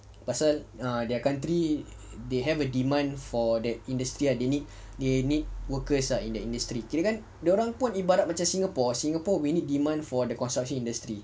pasal ah their country they have a demand for the industry and they need they need workers are in the industry kirakan dia orang pun ibarat macam singapore singapore we need demand for the construction industry